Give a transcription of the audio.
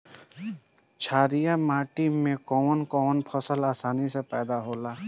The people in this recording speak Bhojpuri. छारिया माटी मे कवन कवन फसल आसानी से पैदा होला?